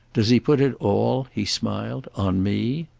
does he put it all, he smiled, on me?